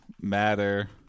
matter